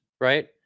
right